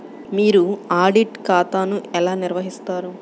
మీరు ఆడిట్ ఖాతాను ఎలా నిర్వహిస్తారు?